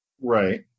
Right